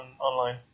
online